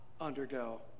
undergo